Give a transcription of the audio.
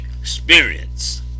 experience